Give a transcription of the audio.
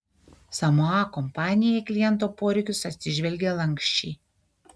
samoa kompanija į kliento poreikius atsižvelgė lanksčiai